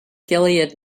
gilead